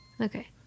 Okay